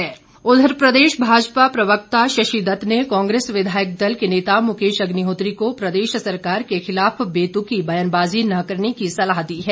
शशि दत्त उधर प्रदेश भाजपा प्रवक्ता शशि दत्त ने कांग्रेस विधायक दल के नेता मुकेश अग्निहोत्री को प्रदेश सरकार के खिलाफ बेत्की ब्यानबाजी न करने की सलाह दी है